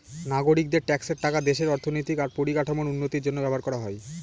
নাগরিকদের ট্যাক্সের টাকা দেশের অর্থনৈতিক আর পরিকাঠামোর উন্নতির জন্য ব্যবহার করা হয়